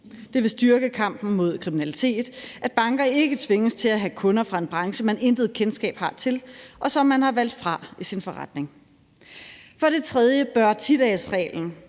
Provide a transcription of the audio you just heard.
Det vil styrke kampen mod kriminalitet, at banker ikke tvinges til at have kunder fra en branche, man intet kendskab har til, og som man har valgt fra i sin forretning. For det tredje bør